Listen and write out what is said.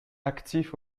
actif